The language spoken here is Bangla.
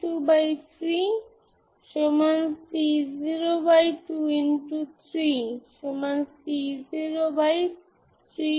সুতরাং যদি কোন ননজিরো সমাধান না থাকে তার মানে c1 c2 0 হতে হবে